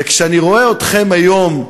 וכשאני רואה אתכם היום,